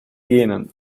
genen